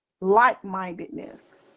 like-mindedness